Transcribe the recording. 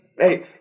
Hey